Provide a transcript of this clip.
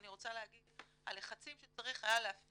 ואני רוצה להגיד הלחצים שהיה צריך להפעיל